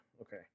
Okay